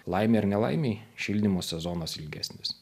laimei ar nelaimei šildymo sezonas ilgesnis